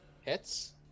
Hits